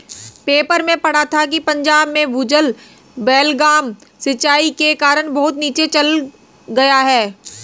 paper में पढ़ा था कि पंजाब में भूजल बेलगाम सिंचाई के कारण बहुत नीचे चल गया है